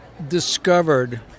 discovered